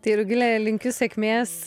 tai rugile linkiu sėkmės